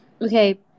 Okay